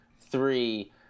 Three